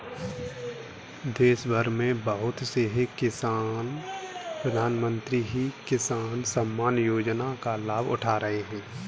देशभर में बहुत से किसान प्रधानमंत्री किसान सम्मान योजना का लाभ उठा रहे हैं